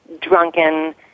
drunken